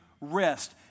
rest